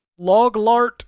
Loglart